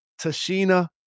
Tashina